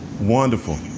Wonderful